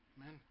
Amen